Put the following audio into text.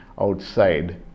outside